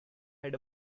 head